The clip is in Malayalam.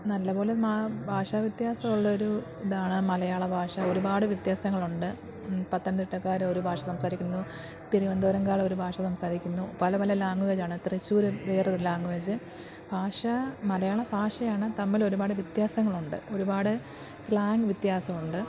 നല്ലപോലെ ഭാഷ വ്യത്യാസമുള്ള ഒരു ഇതാണ് മലയാള ഭാഷ ഒരുപാട് വ്യത്യാസങ്ങളുണ്ട് പത്തനംതിട്ടക്കാരൻ ഒരു ഭാഷ സംസാരിക്കുന്നു തിരുവനന്തപുരംകാർ ഒരു ഭാഷ സംസാരിക്കുന്നു പല പല ലാംഗ്വേജ് ആണ് തൃശ്ശൂർ വേറൊരു ലാംഗ്വേജ് ഭാഷ മലയാള ഭാഷയാണ് തമ്മിൽ ഒരുപാട് വ്യത്യാസങ്ങളുണ്ട് ഒരുപാട് സ്ലാങ് വ്യത്യാസമുണ്ട്